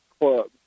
Club